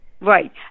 right